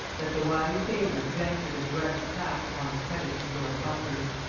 that the wily favorite ventured a direct attack upon the credit of lord buckhurst.